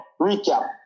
recap